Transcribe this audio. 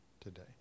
today